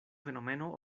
fenomeno